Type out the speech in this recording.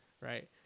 right